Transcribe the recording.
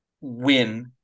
win